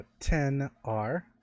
10r